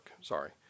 sorry